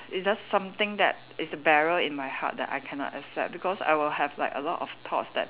it's just something that is bury in my heart that I cannot accept because I will have like a lot of thoughts that